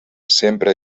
sempre